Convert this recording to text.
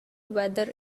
weather